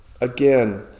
Again